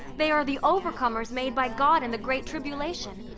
they are the overcomers made by god in the great tribulation,